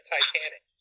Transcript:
Titanic